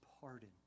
pardon